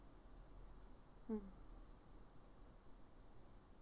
mm